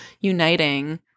uniting